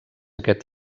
aquest